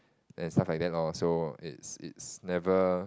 and stuff like that lor so it's it's never